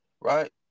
Right